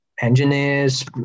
engineers